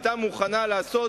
היא היתה מוכנה לעשות